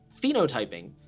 phenotyping